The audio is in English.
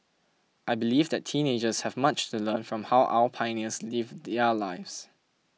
I believe that teenagers have much to learn from how our pioneers lived their lives